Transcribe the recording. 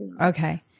Okay